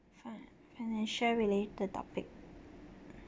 fi~ financial related topic